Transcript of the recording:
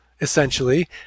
essentially